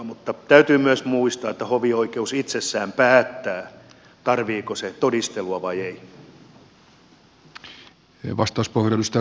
mutta täytyy myös muistaa että hovioikeus itsessään päättää tarvitseeko se todistelua vai ei